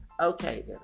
okay